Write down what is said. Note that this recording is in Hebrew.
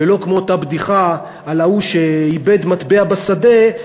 ולא כמו אותה בדיחה על ההוא שאיבד מטבע בשדה,